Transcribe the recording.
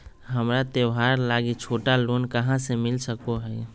हमरा त्योहार लागि छोटा लोन कहाँ से मिल सको हइ?